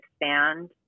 expand